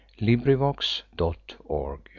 LibriVox.org